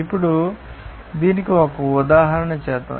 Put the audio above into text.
ఇప్పుడు దీనికి ఒక ఉదాహరణ చేద్దాం